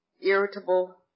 irritable